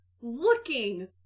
looking